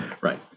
Right